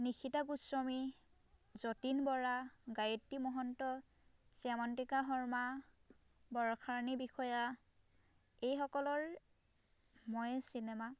নিশিতা গোস্বামী যতীন বৰা গায়ত্ৰী মহন্ত শ্যামন্তিকা শৰ্মা বৰষা ৰাণী বিষয়া এইসকলৰ মই চিনেমা